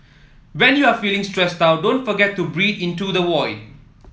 when you are feeling stressed out don't forget to breathe into the void